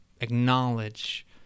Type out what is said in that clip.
acknowledge